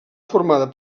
formada